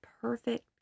perfect